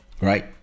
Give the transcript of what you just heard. Right